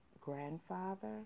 grandfather